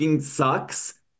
Sucks